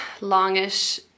longish